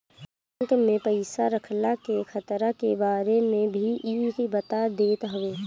bank में पईसा रखला के खतरा के बारे में भी इ बता देत हवे